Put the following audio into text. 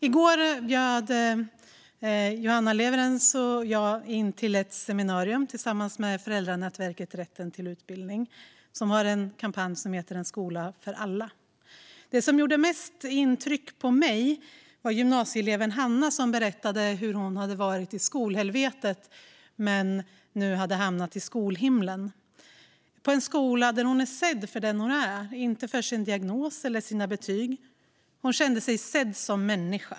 I går bjöd Joanna Lewerentz och jag in till ett seminarium tillsammans med föräldranätverket Rätten till utbildning, som har en kampanj som heter En skola för alla. Den som gjorde störst intryck på mig var gymnasieeleven Hanna, som berättade hur hon hade varit i skolhelvetet men nu hamnat i skolhimlen på en skola där hon är sedd för den hon är och inte för sin diagnos eller sina betyg. Hon känner sig sedd som människa.